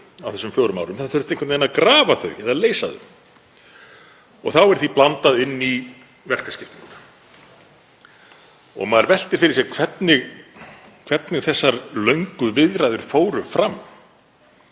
þá þurfti einhvern veginn að grafa þau eða leysa þau og þá er því blandað inn í verkaskiptingu. Maður veltir fyrir sér hvernig þessar löngu viðræður fóru fram.